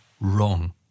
wrong